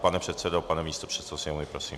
Pane předsedo, pane místopředsedo Sněmovny, prosím.